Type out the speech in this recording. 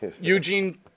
Eugene